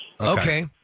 Okay